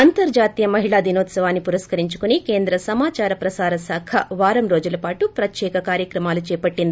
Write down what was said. అంతర్జాతీయ మహిళా దినోత్సవాన్సి పురష్కరించుకుని కేంద్ర సమాచార ప్రసార శాఖ వారం రోజులపాటు ప్రత్యేక కార్యక్రమాలు చేపట్లింది